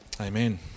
amen